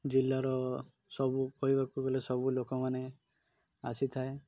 ଜିଲ୍ଲାର ସବୁ କହିବାକୁ ଗଲେ ସବୁ ଲୋକମାନେ ଆସିଥାଏ